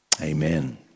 Amen